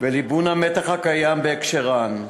ובליבון המתח הקיים בהקשרן,